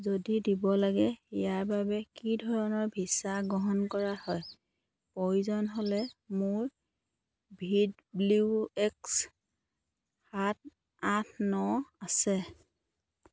যদি দিব লাগে ইয়াৰ বাবে কি ধৰণৰ ভিছা গ্ৰহণ কৰা হয় প্ৰয়োজন হ'লে মোৰ ভি ডব্লিউ এক্স সাত আঠ ন আছে